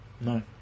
No